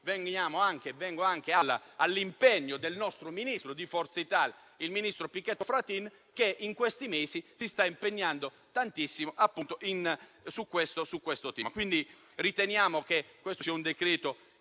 Vengo ora all'impegno del Ministro di Forza Italia, il ministro Pichetto Fratin, che in questi mesi si sta impegnando tantissimo su questo tema.